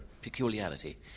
peculiarity